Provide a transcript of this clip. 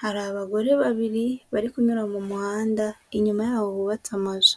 hari abagore babiri bari kunyura mu muhanda, inyuma yabo hubatse amazu.